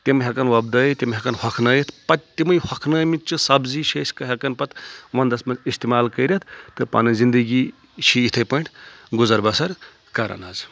تِم ہؠکن وۄپدٲیِتھ تِم ہؠکن ہۄکھنٲیِتھ پتہٕ تِمٕے ہۄکھنٲمٕتۍ چھِ سبزی چھِ أسۍ ہؠکان پتہٕ ونٛدس منٛز استعمال کٔرِتھ تہٕ پنٕنۍ زندگی چھِ یِتھٕے پٲٹھۍ گُزر بسر کران حظ